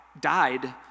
died